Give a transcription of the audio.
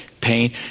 pain